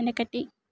వెనకటి